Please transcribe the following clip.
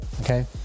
okay